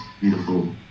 beautiful